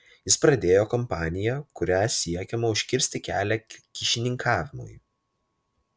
jis pradėjo kampaniją kuria siekiama užkirsti kelią kyšininkavimui